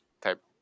type